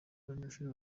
abanyeshuri